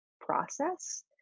process